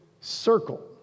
circle